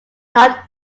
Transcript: not